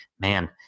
man